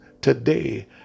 today